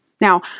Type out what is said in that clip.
Now